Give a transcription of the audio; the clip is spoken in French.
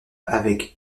avec